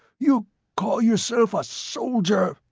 you call yourself a soldier!